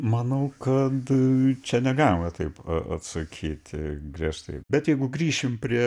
manau kad čia negalima taip atsakyti griežtai bet jeigu grįšim prie